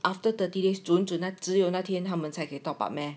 after thirty days 准准只有那天他们才可以 top up meh